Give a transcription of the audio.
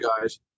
guys